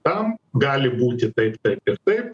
tam gali būti taip ir taip